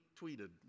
tweeted